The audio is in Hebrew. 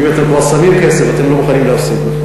מי ששם כסף לא רוצה להפסיד.